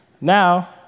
Now